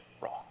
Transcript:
wrong